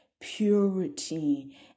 purity